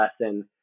lesson